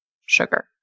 sugar